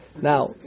now